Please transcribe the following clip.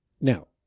Now